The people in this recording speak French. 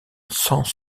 sans